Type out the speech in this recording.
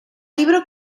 libro